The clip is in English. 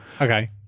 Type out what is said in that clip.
Okay